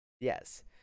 Yes